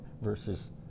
versus